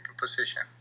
position